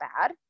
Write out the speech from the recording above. bad